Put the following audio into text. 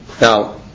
Now